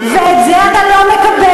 ואת זה אתה לא מקבל,